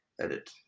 edit